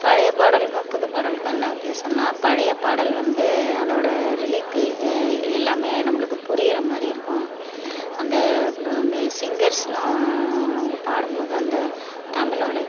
பழைய பாடலுக்கும் புது பாடலுக்கும் என்ன வித்யாசனா பழைய பாடல் வந்து அதோட லிரிக்கு எல்லாமே நம்ளுக்கு புரியிறமாதிரி இருக்கும் அந்த மே சிங்கர்ஸ்லாம் அவங்க பாடும்போது அந்த தமிழோட